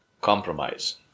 compromise